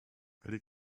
weil